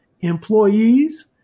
employees